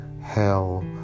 Hell